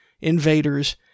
invaders